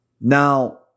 Now